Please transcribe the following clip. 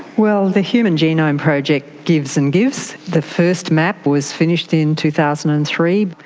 well, the human genome project gives and gives. the first map was finished in two thousand and three.